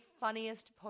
funniest